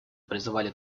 призывали